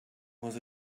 was